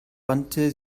wandte